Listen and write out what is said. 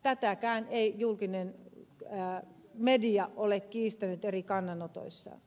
tätäkään ei media ole kiistänyt eri kannanotoissaan